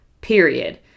period